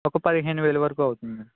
ఒక పదహేను వేలు వరకు అవుతుంది అండి